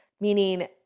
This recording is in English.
meaning